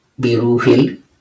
biruhil